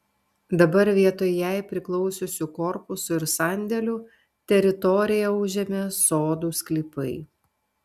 dabar vietoj jai priklausiusių korpusų ir sandėlių teritoriją užėmė sodų sklypai